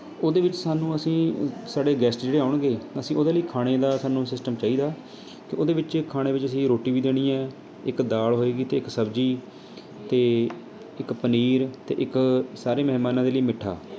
ਉਹਦੇ ਵਿੱਚ ਸਾਨੂੰ ਅਸੀਂ ਸਾਡੇ ਗੈਸਟ ਜਿਹੜੇ ਆਉਣਗੇ ਅਸੀਂ ਉਹਦੇ ਲਈ ਖਾਣੇ ਦਾ ਸਾਨੂੰ ਸਿਸਟਮ ਚਾਹੀਦਾ ਉਹਦੇ ਵਿੱਚ ਖਾਣੇ ਵਿੱਚ ਅਸੀਂ ਰੋਟੀ ਵੀ ਦੇਣੀ ਹੈ ਇੱਕ ਦਾਲ ਹੋਏਗੀ ਅਤੇ ਇੱਕ ਸਬਜ਼ੀ ਅਤੇ ਇੱਕ ਪਨੀਰ ਅਤੇ ਇੱਕ ਸਾਰੇ ਮਹਿਮਾਨਾਂ ਦੇ ਲਈ ਮਿੱਠਾ